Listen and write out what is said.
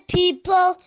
people